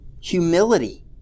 humility